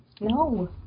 No